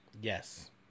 Yes